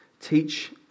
teach